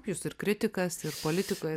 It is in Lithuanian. jūs ir kritikas ir politikoj